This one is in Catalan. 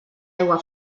aigua